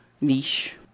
niche